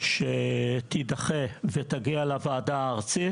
שתידחה ותגיע לוועדה הארצית,